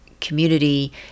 community